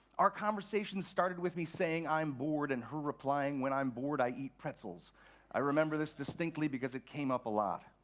our conversation started with me saying, i'm bored and her replying, when i'm bored i eat pretzels i remember this distinctly because it came up a lot.